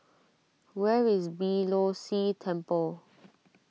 where is Beeh Low See Temple